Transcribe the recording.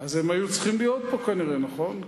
אז הם היו צריכים להיות פה כנראה, נכון?